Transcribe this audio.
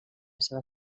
seva